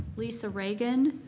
lisa reagan,